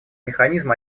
механизм